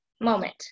moment